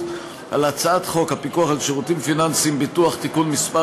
על הצעת חוק הפיקוח של שירותים פיננסיים (ביטוח) (תיקון מס'